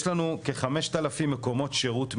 יש לנו כ-5,000 מקומות שירות מאושרים.